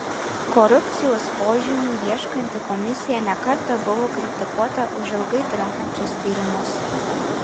korupcijos požymių ieškanti komisija ne kartą buvo kritikuota už ilgai trunkančius tyrimus